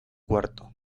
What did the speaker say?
cuarto